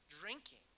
drinking